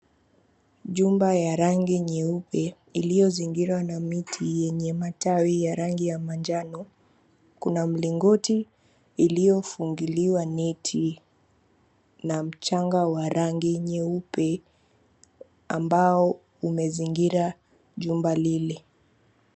Jumba ya rangi nyeupe iliyozingirwa na miti yenye matawi ya rangi ya manjano, kuna mlingoti iliyofungiliwa neti na mchanga wa rangi nyeupe ambao umezingira jumba lile.